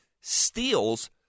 steals